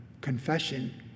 Confession